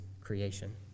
creation